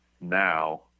now